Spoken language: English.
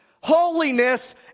Holiness